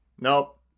nope